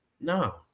No